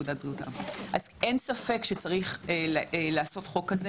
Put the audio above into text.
אין ספק שצריך לעשות חוק כזה